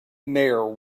mare